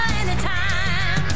anytime